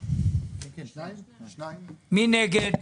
מי נגד?